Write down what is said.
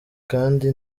kandi